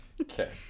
Okay